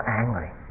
angry